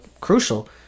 crucial